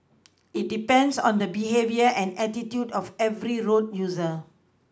it depends on the behaviour and attitude of every road user